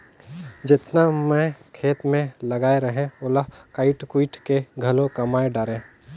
जेतना मैं खेत मे लगाए रहें ओला कायट कुइट के घलो कमाय डारें